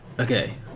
Okay